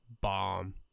bomb